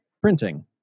printing